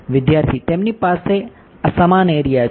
વિદ્યાર્થી તેમની પાસે આ સમાન એરિયા છે